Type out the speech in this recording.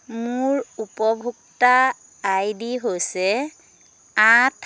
মোৰ উপভোক্তা I D হৈছে আঠ